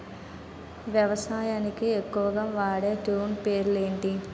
వ్యవసాయానికి ఎక్కువుగా వాడే టూల్ పేరు ఏంటి?